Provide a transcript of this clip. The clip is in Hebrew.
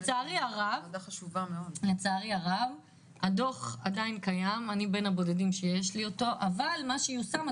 לצערי הרב הדוח עדיין קיים אבל הדבר